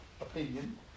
opinion